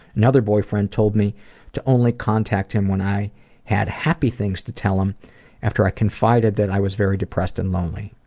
another boyfriend told me to only contact him when i had happy things to tell him after i confided that i was very depressed and lonely.